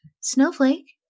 Snowflake